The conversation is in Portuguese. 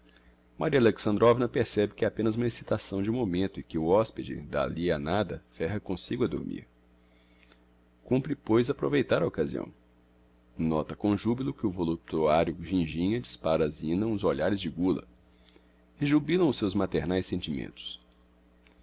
badalar maria alexandrovna percebe que é apenas uma excitação de momento e que o hospede d'alli a nada ferra comsigo a dormir cumpre pois aproveitar a occasião nota com jubilo que o voluptuario ginjinha dispara á zina uns olhares de gula rejubilam os seus maternaes sentimentos